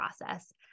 process